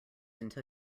until